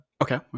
Okay